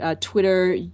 Twitter